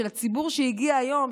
של הציבור שהגיע היום,